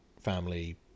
family